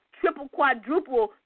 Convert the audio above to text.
triple-quadruple